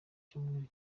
cyumweru